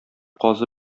казы